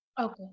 Okay